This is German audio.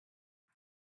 und